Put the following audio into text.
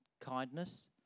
kindness